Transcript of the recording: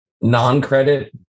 non-credit